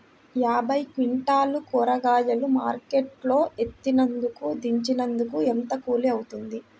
యాభై క్వింటాలు కూరగాయలు మార్కెట్ లో ఎత్తినందుకు, దించినందుకు ఏంత కూలి అవుతుంది?